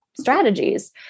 strategies